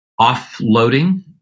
offloading